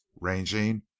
ranging